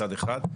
מצד אחד.